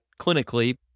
clinically